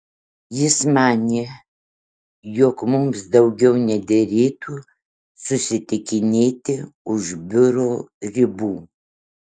jis manė jog mums daugiau nederėtų susitikinėti už biuro ribų